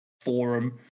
forum